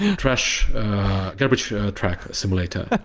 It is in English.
and trash garbage trash simulator.